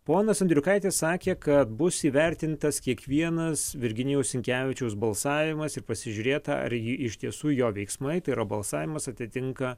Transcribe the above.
ponas andriukaitis sakė kad bus įvertintas kiekvienas virginijaus sinkevičiaus balsavimas ir pasižiūrėta ar jį iš tiesų jo veiksmai tai yra balsavimas atitinka